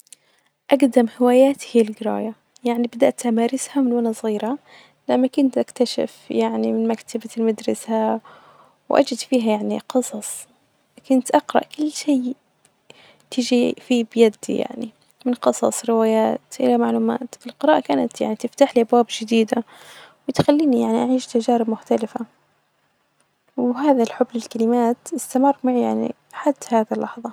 أعجبت بشخصية الملك عبد العزيز مؤسس المملكة العربية السعودية، أشعر إنها ملهمة لأنه حقق إن